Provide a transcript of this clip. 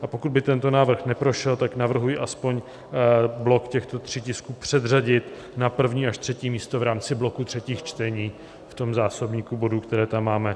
A pokud by tento návrh neprošel, navrhuji aspoň blok těchto tří tisků předřadit na první až třetí místo v rámci bloku třetích čtení v zásobníku bodů, které tam máme.